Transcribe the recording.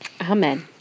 Amen